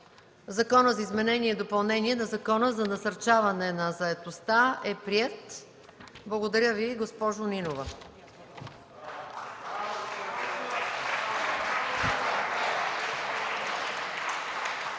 Закона за изменение и допълнение на Закона за насърчаване на заетостта е приет. Благодаря Ви, госпожо Нинова.